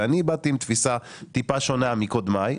אני באתי עם תפיסה טיפה שונה משל קודמיי.